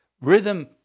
rhythm